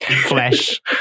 flesh